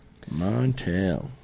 Montel